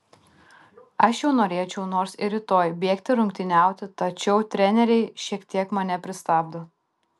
aš jau norėčiau nors ir rytoj bėgti rungtyniauti tačiau treneriai šiek tiek mane pristabdo